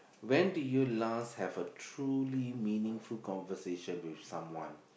when did you last have a truly meaningful conversation with someone